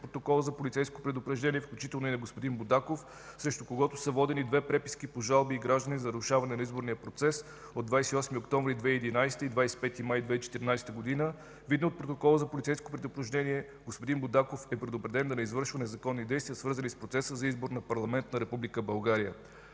протокола за полицейско предупреждение, включително и на господин Будаков, срещу когото са водени две преписки по жалби от граждани за нарушаване на изборния процес от 28 октомври 2011 г. и 25 май 2014 г. Видно от протокола за полицейско предупреждение, господин Будаков е предупреден да не извършва незаконни действия, свързани с процеса за избор на парламент на Република България.